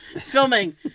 filming